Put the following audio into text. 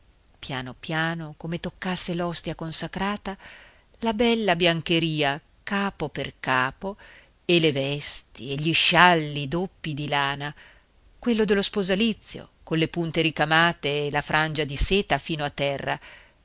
piano piano come toccasse l'ostia consacrata la bella biancheria capo per capo e le vesti e gli scialli doppii di lana quello dello sposalizio con le punte ricamate e la frangia di seta fino a terra